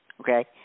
okay